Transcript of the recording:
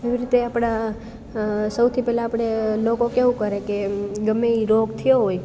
એવી રીતે આપણા સૌથી પહેલા આપણે લોકો કેવું કરે કે ગમે તે રોગ થયો હોય